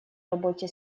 работе